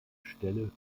stelle